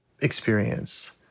experience